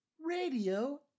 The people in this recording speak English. Radio